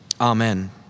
Amen